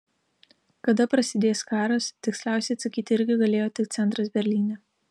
kada prasidės karas tiksliausiai atsakyti irgi galėjo tik centras berlyne